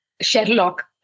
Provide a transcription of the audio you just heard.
Sherlock